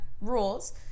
rules